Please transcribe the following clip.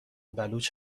بلوچ